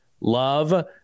love